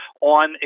on